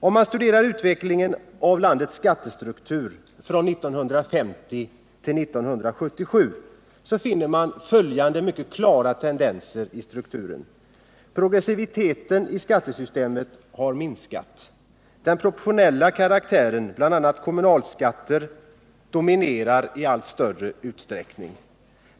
Om man studerar utvecklingen av landets skattestruktur från 1950 till 1977 finner man följande mycket klara tendenser. Progressiviteten i skattesystemet har minskat. Den proportionella karaktären, bl.a. kommunalskatter, dominerar i allt större utsträckning.